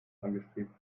angestrebten